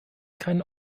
keinen